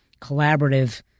collaborative